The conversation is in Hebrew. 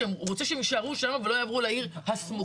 שהוא רוצה שהם יישארו שם ולא יעברו לעיר הסמוכה.